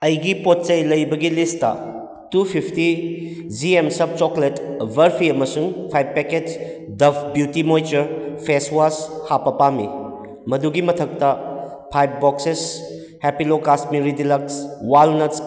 ꯑꯩꯒꯤ ꯄꯣꯠꯆꯩ ꯂꯩꯕꯒꯤ ꯂꯤꯁꯇ ꯇꯨ ꯐꯤꯞꯇꯤ ꯖꯤ ꯑꯦꯝ ꯁꯕ ꯆꯣꯀ꯭ꯂꯦꯠ ꯕꯔꯐꯤ ꯑꯃꯁꯨꯡ five packets Dove beauty moisturiser face wash ꯍꯥꯞꯄ ꯄꯥꯝꯏ ꯃꯗꯨꯒꯤ ꯃꯊꯛꯇ ꯐꯥꯏꯚ ꯕꯣꯛꯁꯦꯁ ꯍꯦꯞꯄꯤꯂꯣ ꯀꯥꯁꯃꯤꯔꯤ ꯗꯤꯂꯛꯁ ꯋꯥꯜꯅꯠꯁ